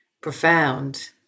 profound